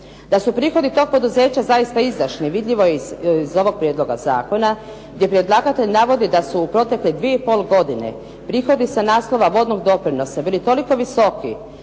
Da su prihodi tog poduzeća zaista izdašni vidljivo je iz ovog Prijedloga zakona gdje predlagatelj navodi da su u protekle dvije i pol godine prihodi sa naslova vodnog doprinosa bili toliko visoki